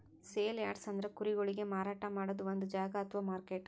sale yards ಅಂದ್ರ ಕುರಿಗೊಳಿಗ್ ಮಾರಾಟ್ ಮಾಡದ್ದ್ ಒಂದ್ ಜಾಗಾ ಅಥವಾ ಮಾರ್ಕೆಟ್